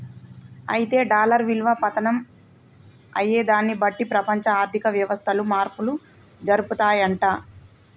అయితే డాలర్ విలువ పతనం అయ్యేదాన్ని బట్టి ప్రపంచ ఆర్థిక వ్యవస్థలు మార్పులు జరుపుతాయంట